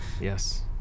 Yes